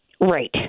Right